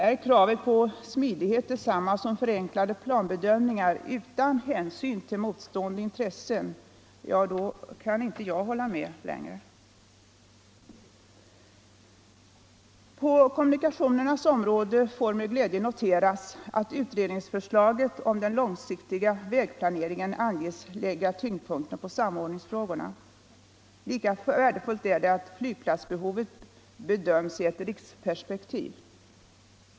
Är kravet på smidighet detsamma för förenklade planbedömningar utan hänsyn till motstående intressen? I så fall kan jag inte hålla med dem längre. På kommunikationernas område får med glädje noteras att utredningsförslaget om den långsiktiga vägplaneringen anges lägga tyngdpunkten på samordningsfrågorna. Lika värdefullt är det att flygplatsbehovet bedöms i ett riksperspektiv.